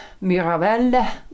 Mirabelle